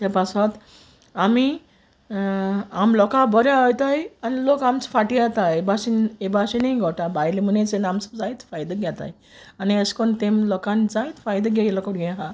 ते पासोत आमी आम लोका बऱ्या ओयताय आनी लोक आमच फाटी येता ये भाशेन ये भाशेनूय घोडटा भायल मुनीस येन आमच जायत फायद घेताय आनी अेशकोन्न तेम लोकानी जायत फायद घेयलो कोडेन आहा